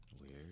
Weird